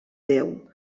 déu